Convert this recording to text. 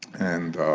and